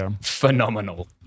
phenomenal